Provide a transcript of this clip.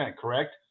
correct